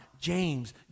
James